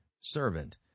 servant